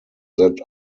that